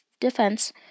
Defense